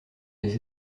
des